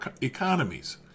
economies